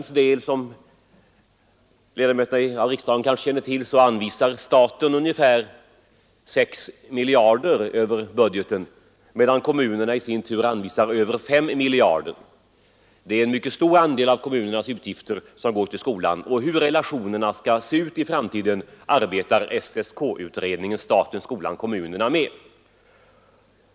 Staten anvisar för skolans del ungefär 6 miljarder kronor över budgeten, medan kommunerna anvisar över 5 miljarder kronor. Det är en mycket stor andel av kommunernas utgifter som går till skolan. Hur relationerna skall se ut i framtiden arbetar SSK-utredningen — utredningen om skolan, staten och kommunerna — med.